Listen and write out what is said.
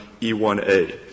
E1A